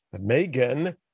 Megan